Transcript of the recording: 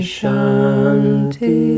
Shanti